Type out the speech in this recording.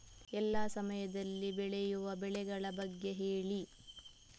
ಎಲ್ಲಾ ಸಮಯದಲ್ಲಿ ಬೆಳೆಯುವ ಬೆಳೆಗಳ ಬಗ್ಗೆ ಹೇಳಿ